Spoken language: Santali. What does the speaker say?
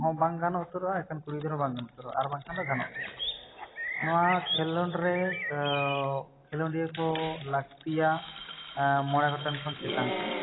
ᱦᱚᱸ ᱵᱟᱝ ᱜᱟᱱᱚᱜ ᱩᱛᱟᱹᱨᱚᱜᱼᱟ ᱮᱠᱮᱱ ᱠᱩᱲᱤ ᱜᱤᱫᱟᱹᱨ ᱦᱚᱸ ᱵᱟᱝ ᱜᱟᱱᱚᱜ ᱩᱛᱟᱹᱨᱚᱜᱼᱟ ᱟᱨᱵᱟᱝ ᱠᱷᱟᱱ ᱫᱚ ᱜᱟᱱᱚᱜ ᱜᱮᱭᱟ ᱱᱚᱣᱟ ᱴᱷᱮᱸᱞᱚᱸᱱᱰ ᱨᱮ ᱚᱚ ᱠᱷᱮᱞᱳᱰᱤᱭᱟᱹ ᱠᱚ ᱞᱟᱹᱠᱛᱤᱜᱼᱟ ᱢᱚᱬᱮ ᱜᱚᱴᱮᱱ ᱠᱷᱚᱱ ᱪᱮᱛᱟᱱ ᱥᱮ